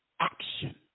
action